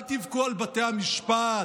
אל תבכו על בתי המשפט,